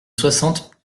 soixante